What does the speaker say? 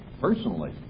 personally